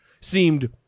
seemed